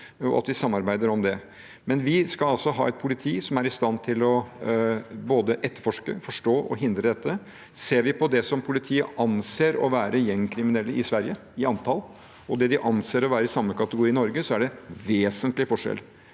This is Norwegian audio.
altså ha et politi som er i stand til både å etterforske, forstå og hindre dette. Ser vi på det som politiet anser å være gjengkriminelle i Sverige, i antall, og det de anser å være i samme kategori i Norge, er det en vesentlig forskjell,